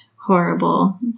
horrible